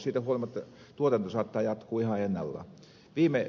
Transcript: siitä huolimatta tuotanto saattaa jatkua ihan ennallaan